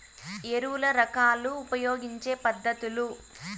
ఎరువుల రకాలు ఉపయోగించే పద్ధతులు?